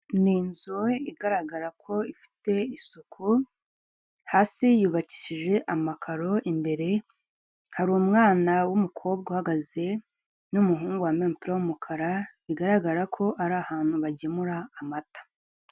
Ni inzu igaragara ko ifite isuku, hasi yubakishije amakaro imbere, hari umwana w'umukobwa uhagaze n'umuhungu wambaye umupira w'umukara, bigaragara ko ari ahantu bagemura amata.